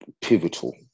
pivotal